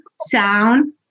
sound